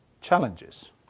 challenges